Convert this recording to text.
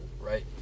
right